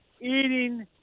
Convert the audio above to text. eating